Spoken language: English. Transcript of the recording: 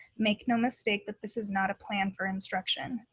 make no mistake that this is not a plan for instruction.